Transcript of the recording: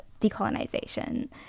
decolonization